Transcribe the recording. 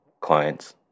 clients